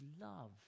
love